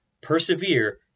persevere